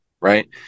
right